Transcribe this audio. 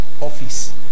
office